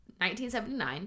1979